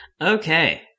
Okay